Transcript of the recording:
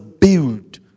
Build